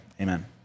Amen